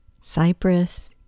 Cyprus